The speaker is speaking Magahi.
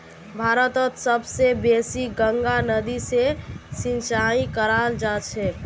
भारतत सब स बेसी गंगा नदी स सिंचाई कराल जाछेक